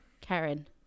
Karen